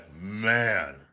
man